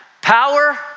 power